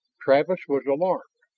travis was alarmed.